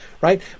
right